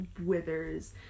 withers